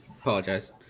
apologize